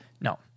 No